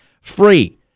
Free